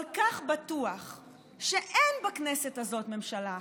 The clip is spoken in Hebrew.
כל כך בטוח שאין בכנסת הזאת ממשלה אחרת,